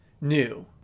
new